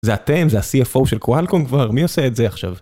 זה אתם? זה ה-CFO של קואלקום כבר? מי עושה את זה עכשיו?